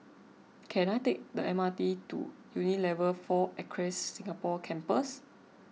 can I take the M R T to Unilever four Acres Singapore Campus